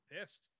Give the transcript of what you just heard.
pissed